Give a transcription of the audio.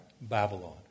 Babylon